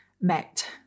met